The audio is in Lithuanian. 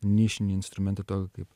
nišinį instrumentą tokį kaip